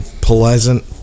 pleasant